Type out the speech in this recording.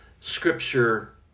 Scripture